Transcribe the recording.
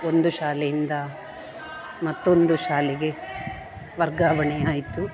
ಒಂದು ಶಾಲೆಯಿಂದ ಮತ್ತೊಂದು ಶಾಲೆಗೆ ವರ್ಗಾವಣೆ ಆಯಿತು